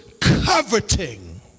coveting